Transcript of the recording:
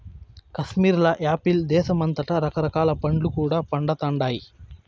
కాశ్మీర్ల యాపిల్ దేశమంతటా రకరకాల పండ్లు కూడా పండతండాయి